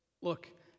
Look